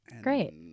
Great